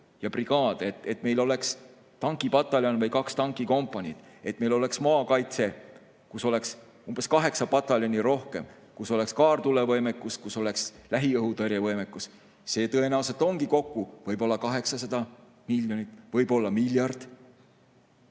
ja brigaade, et meil oleks tankipataljon või kaks tankikompaniid, et meil oleks maakaitse, kus oleks umbes kaheksa pataljoni rohkem, kus oleks kaartulevõimekus, kus oleks lähiõhutõrjevõimekus. See tõenäoliselt ongi kokku võib olla 800 miljonit, võib-olla miljard.